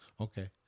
Okay